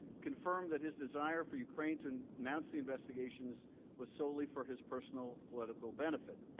confirmed that his desire for ukraine to and announce the investigations was solely for his personal political benefit.